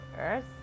earth